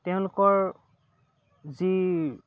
তেওঁলোকৰ যি